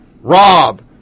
Rob